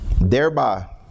Thereby